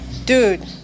Dude